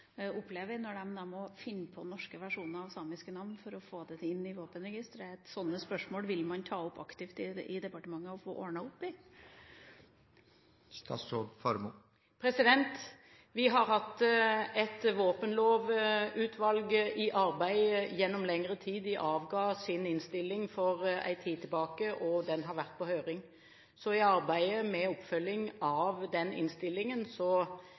å få det inn i våpenregisteret, vil man aktivt ta opp i departementet og få ordnet opp i. Vi har hatt et våpenlovutvalg i arbeid gjennom lengre tid. De avga sin innstilling for en tid siden. Den har vært på høring. I arbeidet med oppfølgingen av den innstillingen